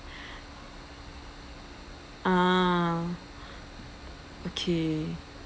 ah okay